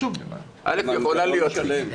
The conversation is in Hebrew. יכולה להיות לי.